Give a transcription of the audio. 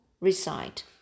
recite